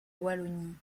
wallonie